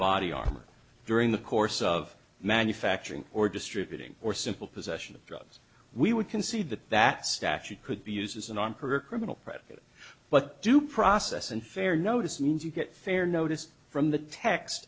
body armor during the course of manufacturing or distributing or simple possession of drugs we would concede that that statute could be used as an on career criminal predator but due process and fair notice means you get fair notice from the text